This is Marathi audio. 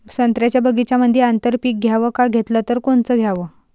संत्र्याच्या बगीच्यामंदी आंतर पीक घ्याव का घेतलं च कोनचं घ्याव?